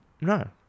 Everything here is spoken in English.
No